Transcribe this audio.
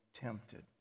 tempted